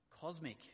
cosmic